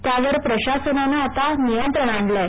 त्यावर प्रशासनानं आता नियंत्रण आणलं आहे